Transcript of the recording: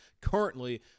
currently